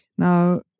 Now